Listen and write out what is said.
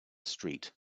street